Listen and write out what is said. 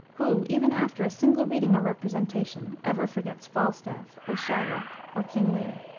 who, even after a single reading or representation, ever forgets falstaff, or shylock, or king lear?